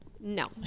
No